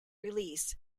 release